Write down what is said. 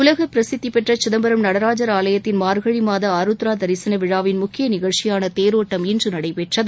உலக பிரசித்திபெற்ற சிதம்பரம் நடராஜர் ஆலயத்தின் மார்கழி மாத ஆருத்ரா திசன விழாவின் முக்கிய நிகழ்ச்சியான தேரோட்டம் இன்று நடைபெற்றது